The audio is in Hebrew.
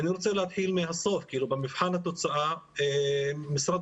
אני רוצה להתחיל מהסוף: במבחן התוצאה משרד